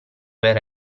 verrà